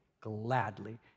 gladly